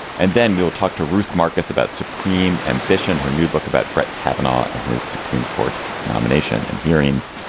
and then we'll talk to ruth marcus about supreme ambition, her new book about brett kavanaugh and his supreme court nomination and hearings